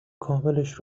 کاملش